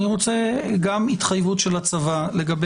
אני רוצה גם התחייבות של הצבא לגבי